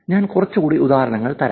ഞാൻ കുറച്ച് കൂടി ഉദാഹരണങ്ങൾ തരാം